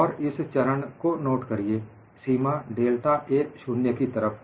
और इस चरण को नोट करिए सीमा डेल्टा A 0 की तरफ